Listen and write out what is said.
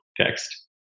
text